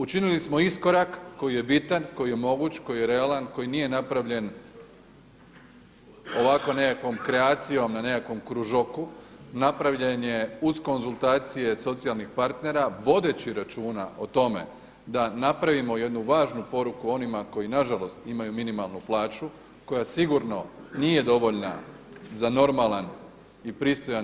Učinili smo iskorak koji je bitan, koji je moguć, koji je realan, koji nije napravljen ovako nekakvom kreacijom na nekom kružoku, napravljen je uz konzultacije socijalnih partnera vodeći računa o tome da napravimo jednu važnu poruku onima koji nažalost imaju minimalnu plaću, koja sigurno nije dovoljna za normalan život.